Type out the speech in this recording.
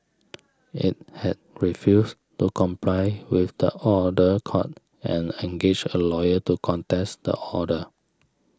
it had refused to comply with the order court and engaged a lawyer to contest the order